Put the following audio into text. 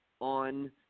on